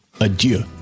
adieu